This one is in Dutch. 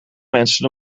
mensen